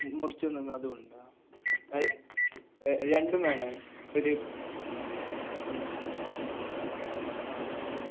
കുറച്ച് അതും ഉണ്ടോ അത് രണ്ടും വേണം ഒരു ബാക്കിയുള്ള